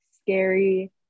scary